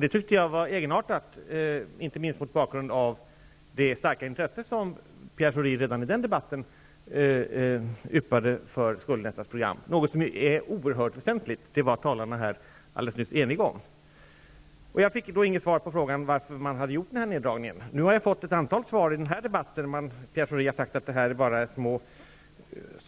Det tyckte jag var egenartat, inte minst mot bakgrund av det starka intresse som Pierre Schori redan i denna debatt uttryckte för skuldlättnadsprogram, något som är oerhört väsentligt, vilket också tidigare talare här alldeles nyss var helt eniga om. Jag fick vid detta tillfälle inte något svar på frågan om varför man hade föreslagit denna neddragning. Nu har jag i denna debatt fått ett antal svar. Pierre Schori har sagt detta är